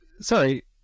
sorry